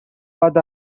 part